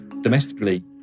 domestically